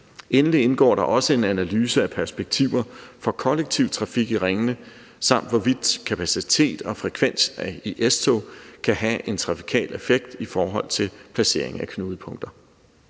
Endelig indgår der også en analyse af perspektiver for kollektiv trafik i ringene, og hvorvidt kapacitet og frekvens af S-tog kan have en trafikal effekt i forhold til placering af knudepunkter.